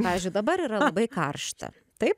pavyzdžiui dabar yra labai karšta taip